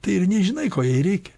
tai ir nežinai ko jai reikia